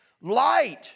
light